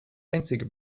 einzige